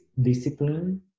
discipline